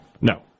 No